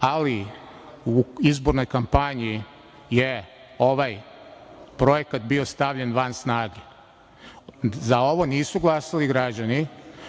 ali u izbornoj kampanji je ovaj projekat bio stavljen van snage, za ovo nisu glasali građani,